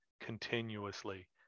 continuously